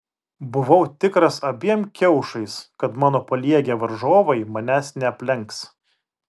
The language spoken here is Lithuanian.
buvau tikras abiem kiaušais kad mano paliegę varžovai manęs neaplenks